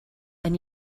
and